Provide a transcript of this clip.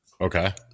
Okay